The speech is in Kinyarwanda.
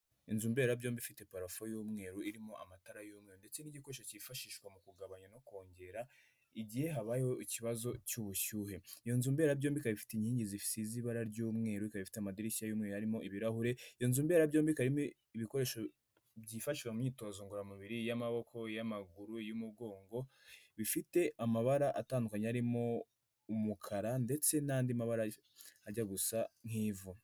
Inzu mberabyombi ifite parafo y'umweru, irimo amatara y'umweru ndetse n'igikoresho cyifashishwa mu kugabanya no kongera igihe habayeho ikibazo cy'ubushyuhe. Iyo nzu mberabyombi ikaba ifite inkingi zisize ibara ry'umweru, ikaba ifite amadirishya y'umweru arimo ibirahure, iyo nzu mberabyombi ikaba irimo ibikoresho byifashishwa mu myitozo ngororamubiri y'amaboko, y'amaguru, y'umugongo, bifite amabara atandukanye arimo umukara, ndetse n'andi mabara ajya gusa nk'ivu.